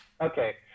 Okay